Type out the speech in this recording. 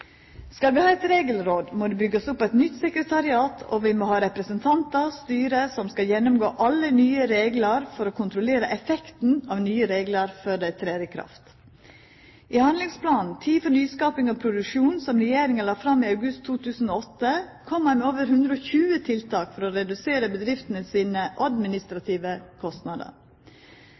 Skal vi ha eit regelråd, må det byggjast opp eit nytt sekretariat, og vi må ha representantar/styre som skal gjennomgå alle nye reglar for å kontrollera effekten av nye reglar før dei trer i kraft. I handlingsplanen Tid for nyskaping og produksjon, som regjeringa la fram i august 2008, kom ein med over 120 tiltak for å redusera bedriftene sine administrative kostnader.